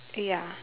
ya